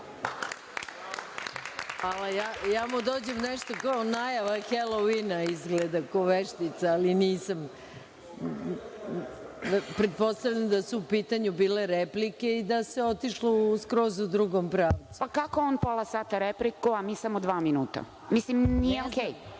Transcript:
Hvala. Ja mu dođem nešto kao najava „helovina“, izgleda ko veštica, ali nisam, pretpostavljam da su u pitanju bile replike i da se otišlo skroz u drugom pravcu. **Branka Stamenković** Pa, kako on pola sata repliku, a mi samo dva minuta? Mislim nije okej.